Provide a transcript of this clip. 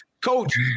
Coach